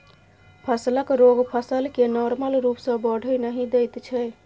फसलक रोग फसल केँ नार्मल रुप सँ बढ़य नहि दैत छै